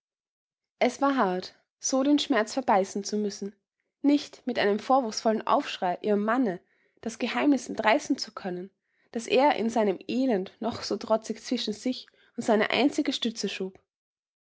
es war hart so den schmerz verbeißen zu müssen nicht mit einem vorwurfsvollen aufschrei ihrem manne das geheimnis entreißen zu können das er in seinem elend noch so trotzig zwischen sich und seine einzige stütze schob